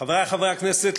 חברי חברי הכנסת,